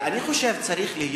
אני חושב שלא צריך להיות